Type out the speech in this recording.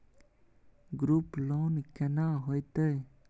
Group loan केना होतै?